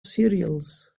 cereals